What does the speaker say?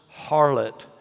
harlot